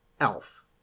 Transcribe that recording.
elf